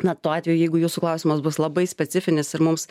na tuo atveju jeigu jūsų klausimas bus labai specifinis ir mums